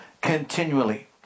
continually